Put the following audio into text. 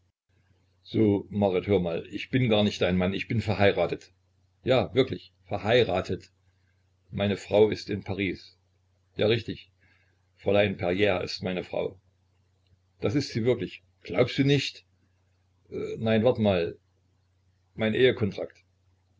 so marit hör mal ich bin garnicht dein mann ich bin verheiratet ja wirklich verheiratet meine frau ist in paris ja richtig fräulein perier ist meine frau das ist sie wirklich glaubst du nicht nein wart mal mein